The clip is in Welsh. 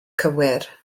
cywir